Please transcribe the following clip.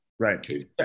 Right